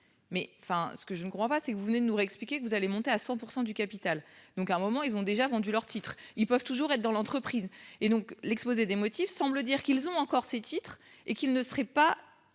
enfin, ce que je ne crois pas c'est que vous venez de nous réexpliquer que vous allez monter à 100% du capital. Donc à un moment ils ont déjà vendu leurs titres, ils peuvent toujours être dans l'entreprise et donc l'exposé des motifs semblent dire qu'ils ont encore ces titres et qu'il ne serait pas